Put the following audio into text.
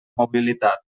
mobilitat